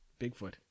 Bigfoot